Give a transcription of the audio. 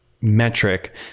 metric